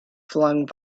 flung